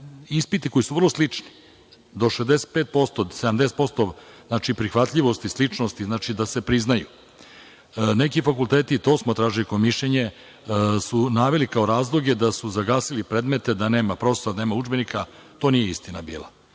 Ispiti koji su vrlo slični do 65-75% prihvatljivosti i sličnosti da se priznaju. Neki fakulteti, i to smo tražili kao mišljenje, naveli su kao razloge da su zagasili predmete, da nema profesora, nema udžbenika, to nije bila